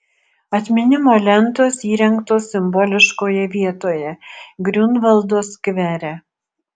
atminimo lentos įrengtos simboliškoje vietoje griunvaldo skvere